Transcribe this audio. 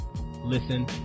listen